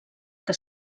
que